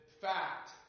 fact